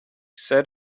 set